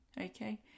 okay